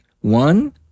One